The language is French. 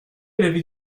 l’avis